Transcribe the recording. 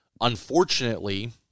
unfortunately